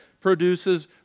produces